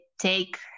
take